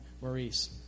Maurice